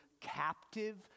captive